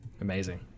Amazing